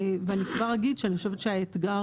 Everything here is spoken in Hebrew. ואני כבר אגיד שאני חושבת שהאתגר